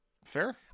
Fair